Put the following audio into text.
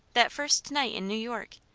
that first night in new york,